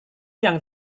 yang